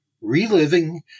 Reliving